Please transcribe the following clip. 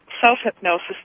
self-hypnosis